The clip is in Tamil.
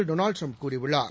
டொனால்ட் டிரம்ப் கூறியுள்ளார்